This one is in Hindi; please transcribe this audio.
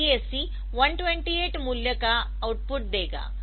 तो DAC 128 मूल्य का आउटपुट देगा